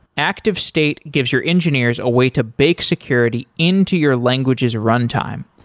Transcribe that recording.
activestate gives your engineers a way to bake security into your language's runtime.